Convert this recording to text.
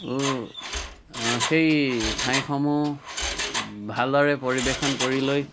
আৰু সেই ঠাইসমূহ ভালদৰে পৰিৱেশন কৰি লৈ